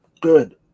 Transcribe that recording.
good